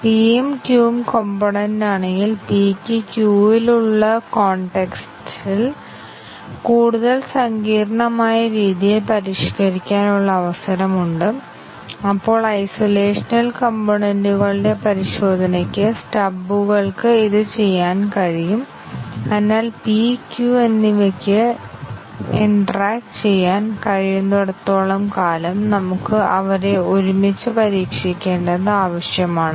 P ഉം q ഉം component ആണെങ്കിൽ p ക്ക് qയിൽ ഉള്ള കോൺടെക്സ്റ്റ് കൂടുതൽ സങ്കീർണ്ണമായ രീതിയിൽ പരിഷ്ക്കരിക്കാനുള്ള അവസരമുണ്ട് അപ്പോൾ ഐസോലേഷനിൽ കംപോണൻറ്റുകളുടെ പരിശോധനയ്ക്ക് സ്റ്റബുകൾക്ക് ഇത് ചെയ്യാൻ കഴിയും അതിനാൽ p q എന്നിവയ്ക്ക് ഇന്റെറക്റ്റ് ചെയ്യാൻ കഴിയുന്നിടത്തോളം കാലം നമുക്ക് അവരെ ഒരുമിച്ച് പരീക്ഷിക്കണ്ടത് ആവശ്യമാണ്